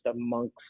amongst